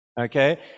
Okay